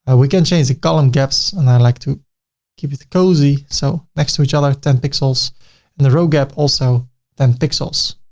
and we can change the column gaps, and i like to keep it cozy, so next to each other ten pixels and the row gap also ten pixels.